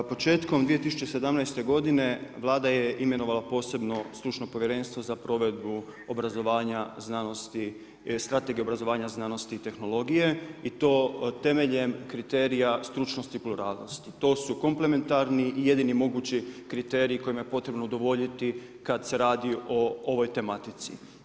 Početkom 2017. godine Vlada je imenovala posebno stručno povjerenstvo za provedbu obrazovanja znanosti, strategiju obrazovanja znanosti i tehnologije, i to temeljem kriterija stručnosti i pluralnosti, to su komplementarni i jedini mogući kriteriji kojima je potrebno udovoljiti kad se radi o ovoj tematici.